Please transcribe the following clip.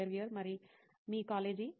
interviewer మరి మీ college